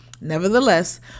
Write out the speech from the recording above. Nevertheless